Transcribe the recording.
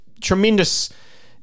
tremendous